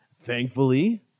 Thankfully